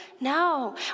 No